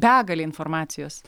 begalė informacijos